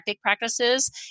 practices